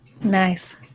nice